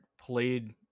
played